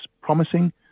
promising